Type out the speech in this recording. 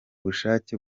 bushake